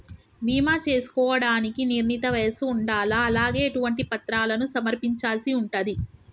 బీమా చేసుకోవడానికి నిర్ణీత వయస్సు ఉండాలా? అలాగే ఎటువంటి పత్రాలను సమర్పించాల్సి ఉంటది?